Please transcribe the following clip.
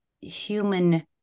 human